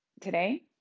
Today